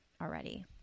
already